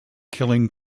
killing